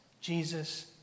Jesus